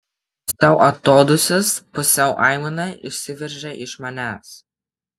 pusiau atodūsis pusiau aimana išsiveržia iš manęs